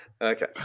Okay